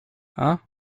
hein